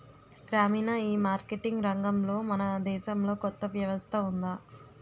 గ్రామీణ ఈమార్కెటింగ్ రంగంలో మన దేశంలో కొత్త వ్యవస్థ ఉందా?